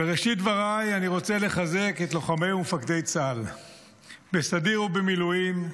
בראשית דבריי אני רוצה לחזק את לוחמי צה"ל ואת המפקדים בסדיר ובמילואים,